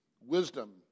Wisdom